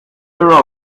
era